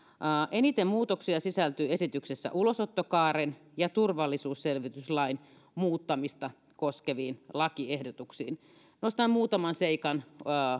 eniten muutoksia esityksessä sisältyy ulosottokaaren ja turvallisuusselvityslain muuttamista koskeviin lakiehdotuksiin nostan muutaman seikan